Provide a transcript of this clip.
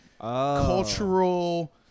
cultural